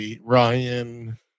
Ryan